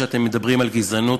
שאתם מדברים על גזענות.